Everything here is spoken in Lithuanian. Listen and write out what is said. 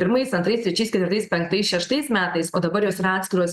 pirmais antrais trečiais ketvirtais penktais šeštais metais o dabar jos yra atskiros